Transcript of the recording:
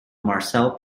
marcel